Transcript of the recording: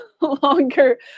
longer